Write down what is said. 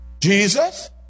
Jesus